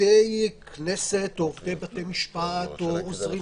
עובדי כנסת או עובדי בתי משפט או עוזרים